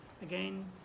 again